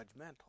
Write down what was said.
judgmental